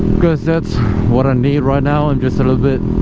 because that's what i need right now i'm just a little bit